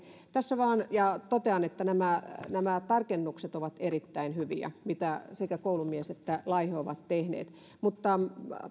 ja totean että nämä nämä tarkennukset ovat erittäin hyviä mitä sekä koulumies että laiho ovat tehneet tässä vain